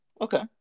Okay